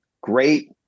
great